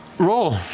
roll.